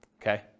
Okay